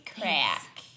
crack